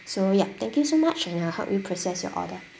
so yup thank you so much and I'll help you process your order